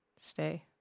stay